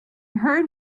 heard